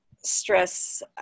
stress